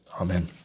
amen